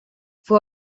fue